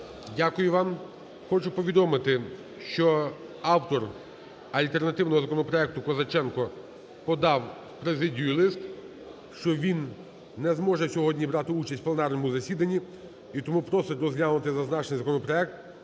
Дякую вам. Хочу повідомити, що автор альтернативного законопроекту Козаченко подав в президію лист, що він не зможе сьогодні брати участь в пленарному засіданні і тому просить розглянути зазначений законопроект